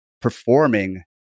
performing